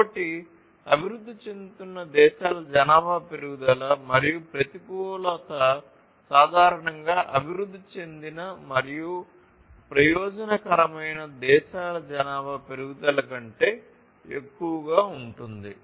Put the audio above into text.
కాబట్టి అభివృద్ధి చెందుతున్న దేశాల జనాభా పెరుగుదల మరియు ప్రతికూలత సాధారణంగా అభివృద్ధి చెందిన మరియు ప్రయోజనకరమైన దేశాల జనాభా పెరుగుదల కంటే ఎక్కువగా ఉంటుంది